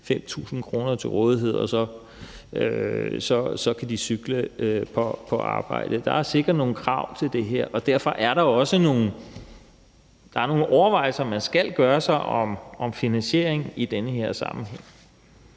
5.000 kr. til rådighed, og så kan de cykle på arbejde. Der er sikkert nogle krav til det her, og derfor er der også nogle overvejelser, man skal gøre sig, om finansiering i den her sammenhæng.